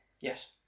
yes